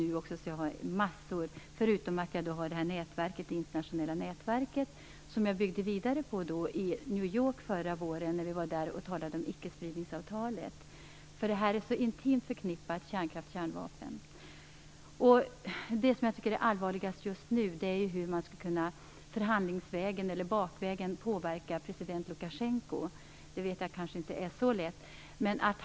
Jag har massor av information, förutom att jag har det internationella nätverket, som jag byggde vidare på i New York förra våren när vi var där och talade om icke-spridningsavtalet. Kärnkraft är så intimt förknippad med kärnvapen. Det som jag tycker är det viktigaste just nu är att förhandlingsvägen eller bakvägen försöka påverka president Lukianenko. Det kanske inte är så lätt.